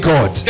God